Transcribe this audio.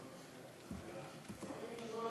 11 בעד,